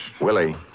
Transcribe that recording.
Willie